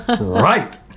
Right